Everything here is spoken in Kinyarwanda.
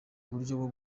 buryo